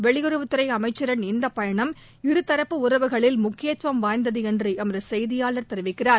வெளியுறவுத்துறை அமைச்சரின் இந்தப் பயணம் இருதரப்பு உறவுகளில் முக்கியத்துவம் வாய்ந்தது என்று எமது செய்தியாளர் தெரிவிக்கிறார்